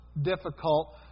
difficult